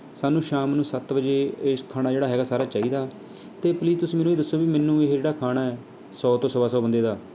ਸਾਨੂੰ ਸ਼ਾਮ ਨੂੰ ਸੱਤ ਵਜੇ ਇਸ ਖਾਣਾ ਜਿਹੜਾ ਹੈਗਾ ਸਾਰਾ ਚਾਹੀਦਾ ਅਤੇ ਪਲੀਜ਼ ਤੁਸੀਂ ਮੈਨੂੰ ਇਹ ਦੱਸੋ ਵੀ ਮੈਨੂੰ ਇਹ ਜਿਹੜਾ ਖਾਣਾ ਹੈ ਸੌ ਤੋਂ ਸਵਾ ਸੌ ਬੰਦੇ ਦਾ